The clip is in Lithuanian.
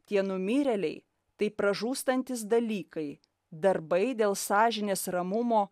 tie numirėliai tai pražūstantis dalykai darbai dėl sąžinės ramumo